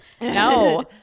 No